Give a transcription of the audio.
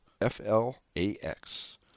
F-L-A-X